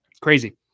Crazy